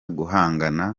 guhangana